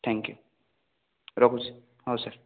thank you ରଖୁଛି ହଉ sir